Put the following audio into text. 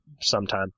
sometime